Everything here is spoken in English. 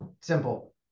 Simple